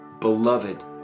beloved